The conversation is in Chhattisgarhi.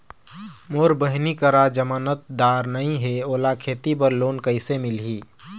मोर बहिनी करा जमानतदार नई हे, ओला खेती बर लोन कइसे मिलही?